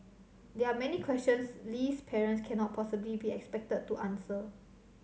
there are many questions Lee's parents cannot possibly be expected to answer